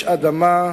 איש אדמה,